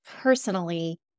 personally